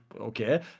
okay